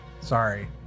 sorry